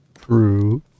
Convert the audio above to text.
True